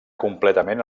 completament